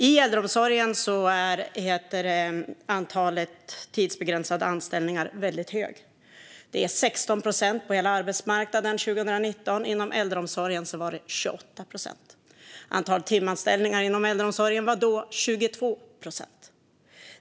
I äldreomsorgen är andelen tidsbegränsade anställningar väldigt hög - år 2019 var det 16 procent på hela arbetsmarknaden men 28 procent inom äldreomsorgen. Andelen timanställningar inom äldreomsorgen var då 22 procent.